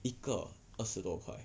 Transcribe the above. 一个二十多块